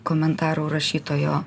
komentarų rašytojo